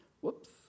Whoops